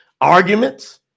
arguments